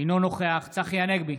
אינו נוכח צחי הנגבי,